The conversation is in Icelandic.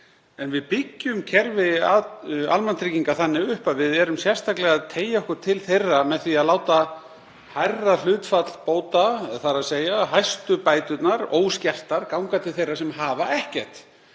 en við byggjum kerfi almannatrygginga þannig upp að við erum sérstaklega að teygja okkur til þeirra með því að láta hærra hlutfall bóta, þ.e. hæstu bæturnar óskertar, ganga til þeirra sem hafa ekkert.